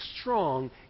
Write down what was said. strong